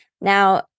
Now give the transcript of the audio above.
now